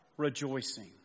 rejoicing